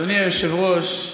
אדוני היושב-ראש,